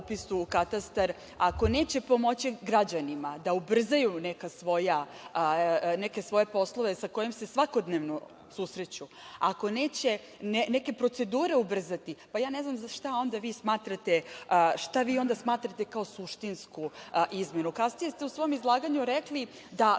u Katastar, neće pomoći građanima da ubrzaju neke svoje poslove sa kojima se svakodnevno susreću, ako neće neke procedure ubrzati, pa ja ne znam šta vi onda smatrate kao suštinsku izmenu? Kasnije ste u svom izlaganju rekli da